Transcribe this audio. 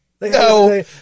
No